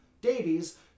Davies